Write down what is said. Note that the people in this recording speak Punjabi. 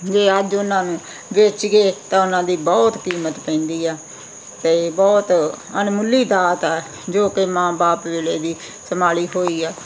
ਜੇ ਅੱਜ ਉਹਨਾਂ ਨੂੰ ਵੇਚ ਕੇ ਤਾਂ ਉਹਨਾਂ ਦੀ ਬਹੁਤ ਕੀਮਤ ਪੈਂਦੀ ਆ ਕਈ ਬਹੁਤ ਅਣਮੁੱਲੀ ਦਾਤ ਆ ਜੋ ਕਿ ਮਾਂ ਬਾਪ ਵੇਲੇ ਦੀ ਸੰਭਾਲੀ ਹੋਈ ਆ